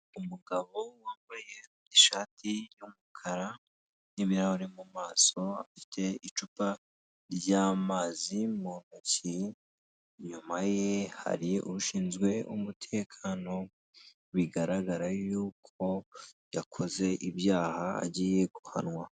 Umugabo wambaye ishati y'umukara n'ibirahure mu maso afite icupa ry'amazi mu ntoki, inyuma ye hari ushinzwe umutekano bigaragara yuko yakoze ibyaha agiye guhanwa.